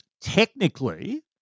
Technically